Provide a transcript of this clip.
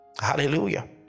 hallelujah